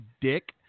Dick